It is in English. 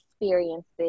experiences